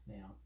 Now